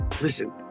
listen